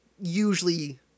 usually